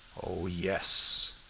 oh, yes,